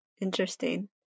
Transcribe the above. Interesting